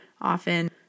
often